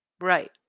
Right